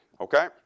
okay